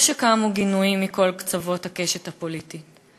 טוב שקמו גינויים מכל קצוות הקשת הפוליטית.